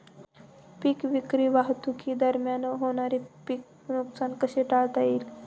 पीक विक्री वाहतुकीदरम्यान होणारे पीक नुकसान कसे टाळता येईल?